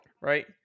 right